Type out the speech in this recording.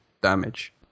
damage